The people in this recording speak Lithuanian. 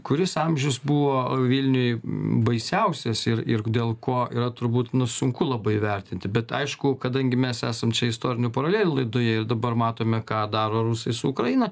kuris amžius buvo vilniui baisiausias ir ir dėl ko yra turbūt nu sunku labai vertinti bet aišku kadangi mes esam čia istorinių paralelių laidoje ir dabar matome ką daro rusai su ukraina